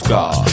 God